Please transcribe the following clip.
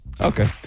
Okay